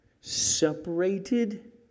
separated